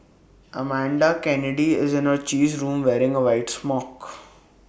Amanda Kennedy is in her cheese room wearing A white smock